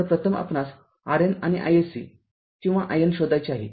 तर प्रथम आपणास RN आणि iSC किंवा IN शोधायचे आहे